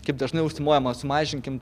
kaip dažnai užsimojama sumažinkim